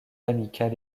amicale